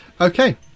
Okay